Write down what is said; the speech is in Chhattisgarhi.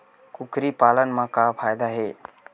कुकरी पालन म का फ़ायदा हे?